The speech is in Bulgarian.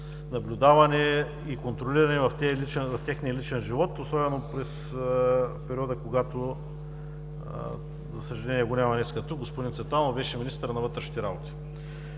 наблюдавани и контролирани в техния личен живот, особено през периода, когато, за съжаление, го няма днес тук, господин Цветанов беше министър на вътрешните работи.